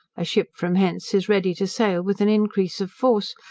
a ship from hence is ready to sail with an increase of force,